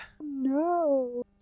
No